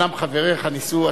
אומנם חבריך ניסו,